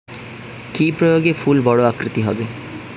কি প্রয়োগে ফুল বড় আকৃতি হবে?